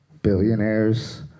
billionaires